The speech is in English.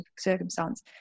circumstance